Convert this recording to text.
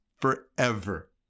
forever